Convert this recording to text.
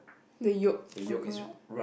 the yolk will come out